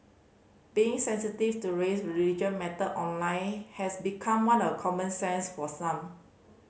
being sensitive to race religion matter online has become one of common sense for some